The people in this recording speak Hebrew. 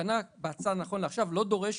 הצו נכון לעכשיו לא דורש